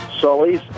Sully's